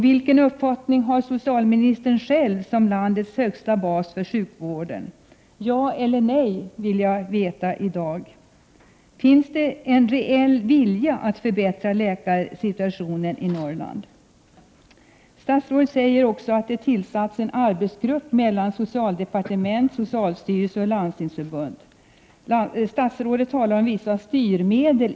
Vilken uppfattning har socialministern själv som landets högsta bas för sjukvården? Säg ja eller nej! Jag vill ha ett besked i dag. Finns det en reell vilja att förbättra läkarsituationen i Norrland? Statsrådet säger också att det har tillsatts en arbetsgrupp med representanter för socialdepartementet, socialstyrelsen och Landstingsförbundet. Hon talar i dunkla ordalag om vissa styrmedel.